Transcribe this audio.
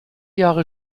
jahre